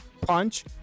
punch